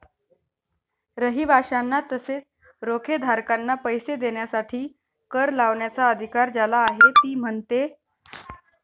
रहिवाशांना तसेच रोखेधारकांना पैसे देण्यासाठी कर लावण्याचा अधिकार ज्याला आहे ती म्हणजे नगरपालिका